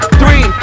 three